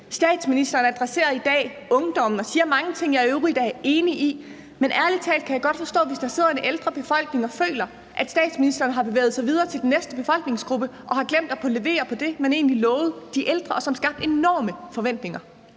Statsministeren adresserer i dag ungdommen og siger mange ting, jeg i øvrigt er enig i. Men ærlig talt kan jeg godt forstå, hvis der sidder en ældre befolkning og føler, at statsministeren har bevæget sig videre til den næste befolkningsgruppe og har glemt at få leveret på det, man egentlig lovede de ældre, og som skabte enorme forventninger.